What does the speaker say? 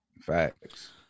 Facts